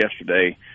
yesterday